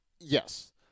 yes